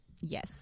Yes